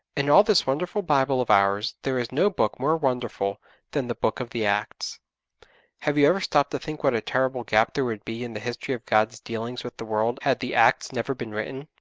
in all this wonderful bible of ours there is no book more wonderful than the book of the acts have you ever stopped to think what a terrible gap there would be in the history of god's dealings with the world had the acts never been written?